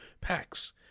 packs